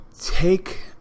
take